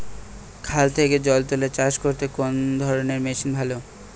খাল থেকে জল তুলে চাষ করতে কোন ধরনের মেশিন ভালো?